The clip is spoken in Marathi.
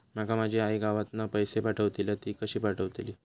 माका माझी आई गावातना पैसे पाठवतीला तर ती कशी पाठवतली?